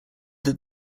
that